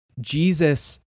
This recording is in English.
Jesus